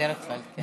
בדרך כלל, כן.